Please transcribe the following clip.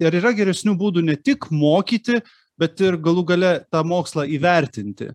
ir yra geresnių būdų ne tik mokyti bet ir galų gale tą mokslą įvertinti